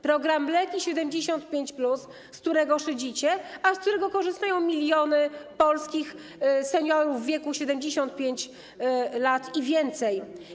Program leki 75+, z którego szydzicie, a z którego korzystają miliony polskich seniorów w wieku 75 lat i więcej.